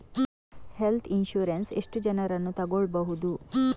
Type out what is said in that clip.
Health insurance ಎಷ್ಟು ಜನರನ್ನು ತಗೊಳ್ಬಹುದು?